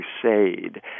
crusade